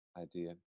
idea